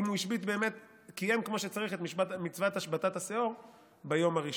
אם הוא השבית באמת וקיים כמו שצריך את מצוות השבתת השאור ביום הראשון.